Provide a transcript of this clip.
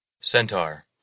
Centaur